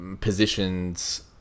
positions